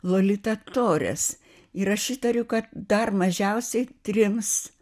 lolita tores ir aš įtariu kad dar mažiausiai trims